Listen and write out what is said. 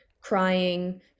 crying